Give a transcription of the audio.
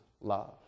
love